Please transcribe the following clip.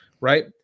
right